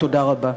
תודה רבה.